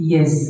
Yes